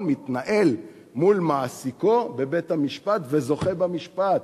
מתנהל מול מעסיקו בבית-המשפט וזוכה במשפט,